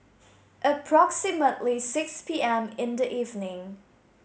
Approximately six P M in the evening